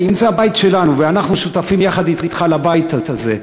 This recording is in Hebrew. אם זה הבית שלנו ואנחנו שותפים יחד אתך לבית הזה,